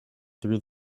through